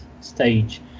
stage